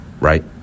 right